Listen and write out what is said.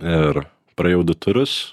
ir praėjau du turus